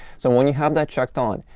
so when you have that checked on,